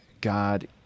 God